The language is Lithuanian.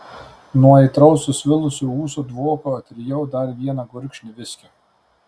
nuo aitraus susvilusių ūsų dvoko atrijau dar vieną gurkšnį viskio